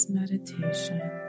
meditation